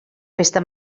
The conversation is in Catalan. festa